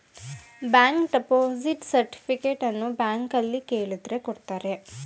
bank deposit ಸರ್ಟಿಫಿಕೇಟನ್ನು ಬ್ಯಾಂಕ್ನಲ್ಲಿ ಕೇಳಿದ್ರೆ ಕೊಡ್ತಾರೆ